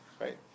Right